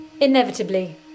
Inevitably